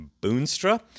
Boonstra